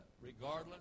regardless